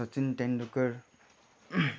Sachin Tendulkar